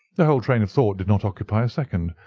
the whole train of thought did not occupy a second.